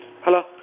Hello